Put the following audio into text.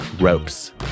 ropes